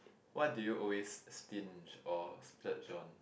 what do you always stinge or splurge on